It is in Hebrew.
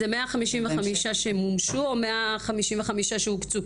זה 155 שמומשו או 155 שהוקצו?